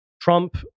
Trump